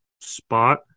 spot